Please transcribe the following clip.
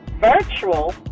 Virtual